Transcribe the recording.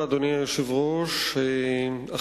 אדוני היושב-ראש, תודה רבה.